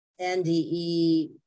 NDE